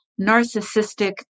narcissistic